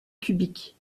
cubique